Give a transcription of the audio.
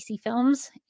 films